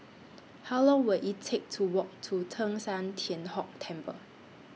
How Long Will IT Take to Walk to Teng San Tian Hock Temple